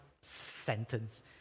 sentence